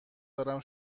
دارم